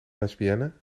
lesbienne